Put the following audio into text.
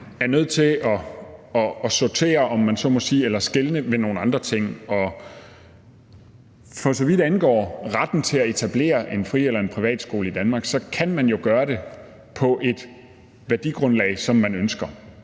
om man så må sige, eller skelne mellem nogle andre ting. Og for så vidt angår retten til at etablere en fri- eller privatskole i Danmark, kan man jo gøre det på det værdigrundlag, som man ønsker,